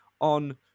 on